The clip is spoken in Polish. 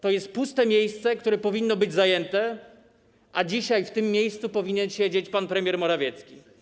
To jest puste miejsce, które powinno być zajęte, a dzisiaj w tym miejscu powinien siedzieć pan premier Morawiecki.